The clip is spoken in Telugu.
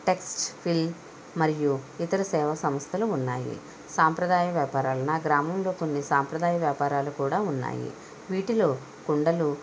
టెక్స్ట్ ఫిల్ మరియు ఇతర సేవా సంస్థలు ఉన్నాయి సాంప్రదాయ వ్యాపారాలు నా గ్రామంలో కొన్ని సంప్రదాయ వ్యాపారాలు కూడా ఉన్నాయి వీటిలో కుండలు